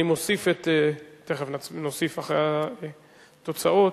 נוסיף אחרי התוצאות.